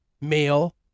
male